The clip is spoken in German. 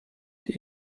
die